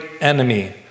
enemy